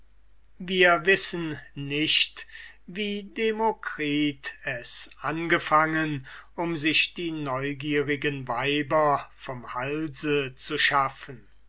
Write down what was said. wir wissen nicht wie demokritus es angefangen um sich die neugierigen weiber vom halse zu schaffen